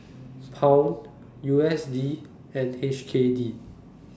Pound U S D and H K D